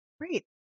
Great